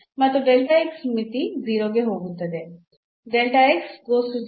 ಮತ್ತು ಮಿತಿ 0 ಗೆ ಹೋಗುತ್ತದೆ